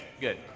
good